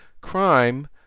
crime